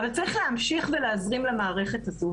אבל צריך להמשיך ולהזרים למערכת הזו.